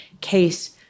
case